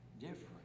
different